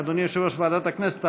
אדוני יושב-ראש ועדת הכנסת,